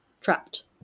trapped